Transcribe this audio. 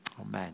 Amen